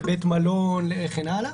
לבית מלון וכן הלאה.